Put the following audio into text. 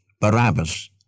Barabbas